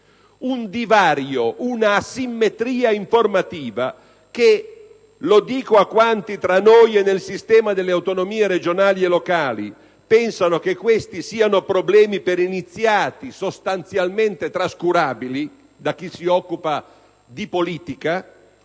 un divario, una asimmetria informativa che - lo dico a quanti tra noi e nel sistema delle autonomie regionali e locali pensano che questi siano problemi per iniziati, sostanzialmente trascurabili per chi si occupa di politica